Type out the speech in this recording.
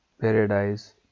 Paradise